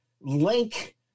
link